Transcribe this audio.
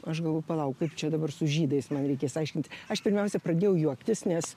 aš galvoju palauk kaip čia dabar su žydais man reikės aiškintis aš pirmiausia pradėjau juoktis nes